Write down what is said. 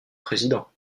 président